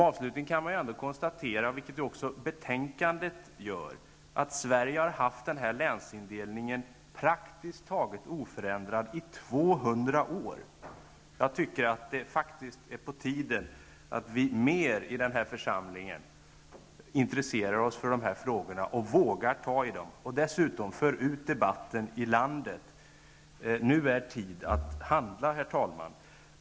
Avslutningsvis kan konstateras, vilket också görs i betänkandet, att Sverige har haft en praktiskt taget oförändrad länsindelning i 200 år. Det är på tiden att vi i denna församling nu intresserar oss mer för dessa frågor och vågar ta i dem. Dessutom måste debatten föras ut i landet. Nu är tid att handla, herr talman.